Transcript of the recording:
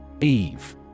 Eve